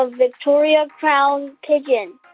ah victoria crowned pigeon,